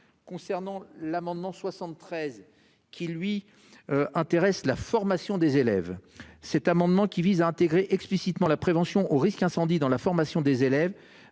concernant l'amendement 73. Qui lui. Intéresse la formation des élèves cet amendement qui vise à intégrer explicitement la prévention au risque incendie dans la formation des élèves